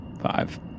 Five